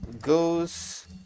goes